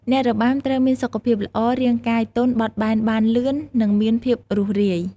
អ្នករបាំត្រូវមានសុខភាពល្អ រាងកាយទន់ បត់បែនបាន លឿន និងមានភាពរួសរាយ។